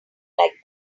like